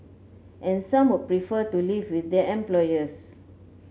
and some would prefer to live with their employers